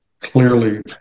clearly